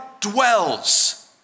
dwells